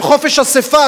של חופש אספה,